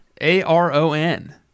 a-r-o-n